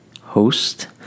host